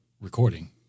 recording